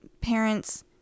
parents